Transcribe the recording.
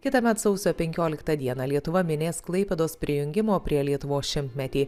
kitąmet sausio penkioliktą dieną lietuva minės klaipėdos prijungimo prie lietuvos šimtmetį